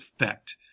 effect